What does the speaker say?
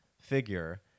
figure